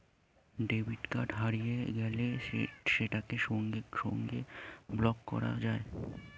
debit card হারিয়ে গেলে সেটাকে সঙ্গে সঙ্গে ব্লক করা যায়